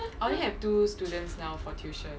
I only have two students now for tuition